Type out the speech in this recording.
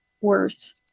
worth